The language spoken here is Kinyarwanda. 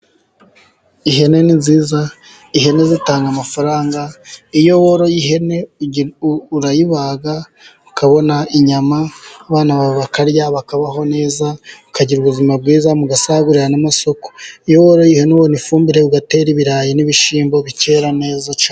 Ihene ni nziza, ihene zitanga amafaranga, iyo woroye ihene, urayibaga ukabona inyama, abana bawe bakarya bakabaho neza, ukagira ubuzima bwiza, mugasagurira n'amasoko. Iyo woroye ihene, ubona ifumbire ugatera ibirayi n'ibishyimbo, bikera neza cyane.